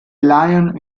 lion